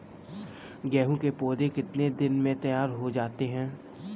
गेहूँ के पौधे कितने दिन में तैयार हो जाते हैं?